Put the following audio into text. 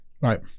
right